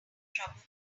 trouble